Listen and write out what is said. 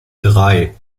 drei